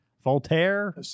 voltaire